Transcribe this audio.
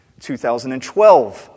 2012